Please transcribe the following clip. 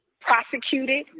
prosecuted